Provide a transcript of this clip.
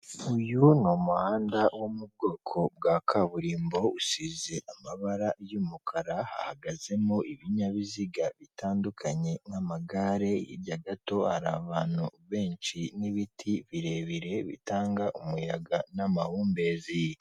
Uyu ni umuhanda wo mu bwoko bwa kaburimbo, usize amabara y'umukara, hahagazemo ibinyabiziga bitandukanye nk'amagare. Hirya gato hari abantu benshi n'ibiti birebire bitanga umuyaga n'amahumbezi.